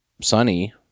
sunny